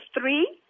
three